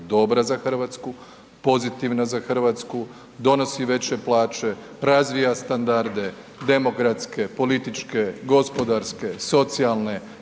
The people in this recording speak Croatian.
dobra za Hrvatsku, pozitivna za Hrvatsku, donosi veće plaće, razvija standarde, demokratske, političke, gospodarske, socijalne,